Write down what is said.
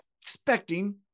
expecting